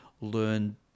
learn